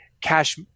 cash